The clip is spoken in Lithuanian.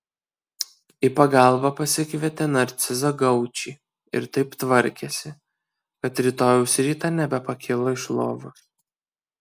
į pagalbą pasikvietė narcizą gaučį ir taip tvarkėsi kad rytojaus rytą nebepakilo iš lovos